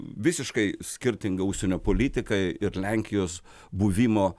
visiškai skirtinga užsienio politika ir lenkijos buvimo